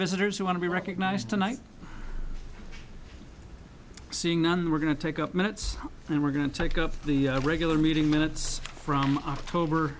visitors who want to be recognized tonight seeing none we're going to take up minutes and we're going to take up the regular meeting minutes from o